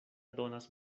donas